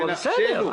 זה בנפשנו.